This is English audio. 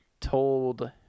told –